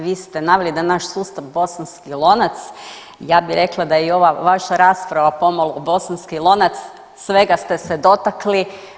Vi ste naveli da naš sustav bosanski lonac, ja bih rekla i da je ova vaša rasprava pomalo bosanski lonac, svega ste se dotakli.